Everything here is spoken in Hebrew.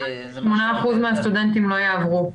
8% מהסטודנטים לא יעברו.